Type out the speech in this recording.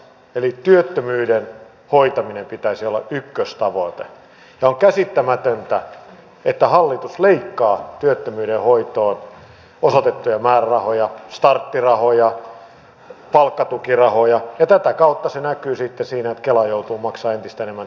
eli työttömyyden hoitamisen pitäisi olla ykköstavoite ja on käsittämätöntä että hallitus leikkaa työttömyyden hoitoon osoitettuja määrärahoja starttirahoja palkkatukirahoja ja tätä kautta se näkyy sitten siinä että kela joutuu maksamaan entistä enemmän työttömyyskorvauksia